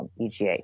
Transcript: EGA